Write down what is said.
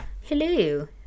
Hello